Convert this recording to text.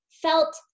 felt